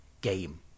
game